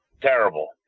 terrible